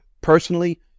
Personally